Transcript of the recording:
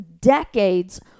decades